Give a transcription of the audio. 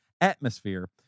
atmosphere